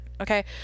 Okay